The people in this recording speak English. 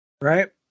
Right